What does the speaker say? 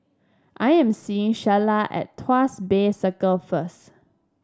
I am seeing Shayla at Tuas Bay Circle first